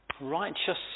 Righteous